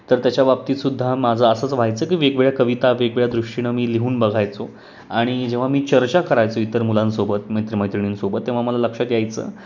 तर त्याच्या बाबतीतसुद्धा माझा असंच व्हायचं की वेगवेगळ्या कविता वेगवेगळ्या दृष्टीनं मी लिहून बघायचो आणि जेव्हा मी चर्चा करायचो इतर मुलांसोबत मित्रमैत्रिणींसोबत तेव्हा मला लक्षात घ्यायचं